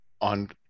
on